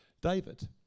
David